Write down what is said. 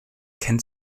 kennt